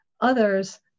Others